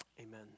amen